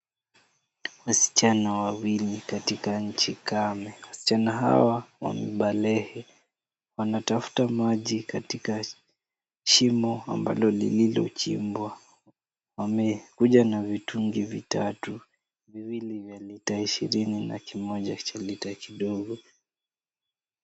Wasichana wawili katika nchi kame. Wasichana hawa wamebalehe. Wanatafuta maji katika shimo ambalo lililochimbwa. Wamekuja na vitungi vitatu. Viwili vya lita ishirini na kimoja cha lita kidogo.